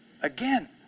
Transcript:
again